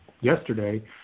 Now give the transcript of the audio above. yesterday